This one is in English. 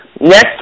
next